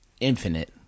Infinite